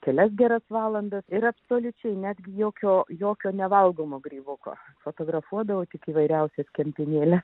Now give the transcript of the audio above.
kelias geras valandas yra absoliučiai netgi jokio jokio nevalgomo grybuko fotografuodavo tik įvairiausias kempinėlė